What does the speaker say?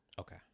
Okay